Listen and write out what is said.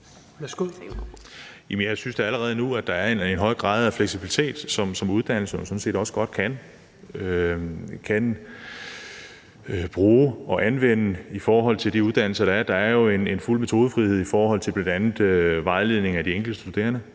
Jeg synes da allerede nu, at der er en høj grad af fleksibilitet på uddannelserne, altså som kan anvendes i forhold til de uddannelser, der er. Der er jo en fuld metodefrihed i forhold til bl.a. vejledning af de enkelte studerende.